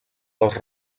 dos